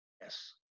yes